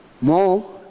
more